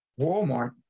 Walmart